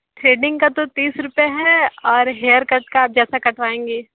threading का तो तीस रूपए है और हेयर कट का आप जैसा कटवाएंगी